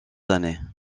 années